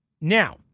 Now